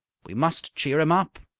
we must cheer him up.